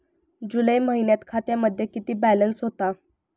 जुलै महिन्यात खात्यामध्ये किती बॅलन्स होता?